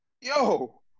yo